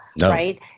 right